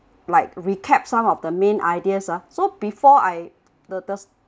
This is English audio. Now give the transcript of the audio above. like recap some of the main ideas ah so before I the the